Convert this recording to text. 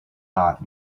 hot